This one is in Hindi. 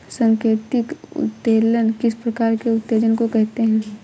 सांकेतिक उत्तोलन किस प्रकार के उत्तोलन को कहते हैं?